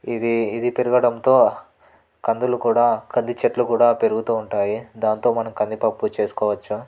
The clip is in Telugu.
ఇది ఇది పెరగడంతో కందులు కూడా కంది చెట్లు కూడా పెరుగుతూ ఉంటాయి దాంతో మనం కంది పప్పు చేసుకోవచ్చు